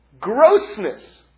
grossness